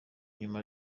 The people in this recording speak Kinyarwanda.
nyuma